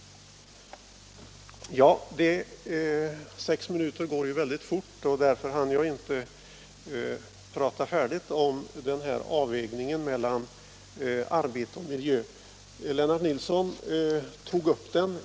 Sex minuter går ju väldigt fort, och därför hann jag inte prata färdigt om avvägningen mellan arbete och miljö som Lennart Nilsson tog upp.